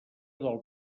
del